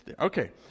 Okay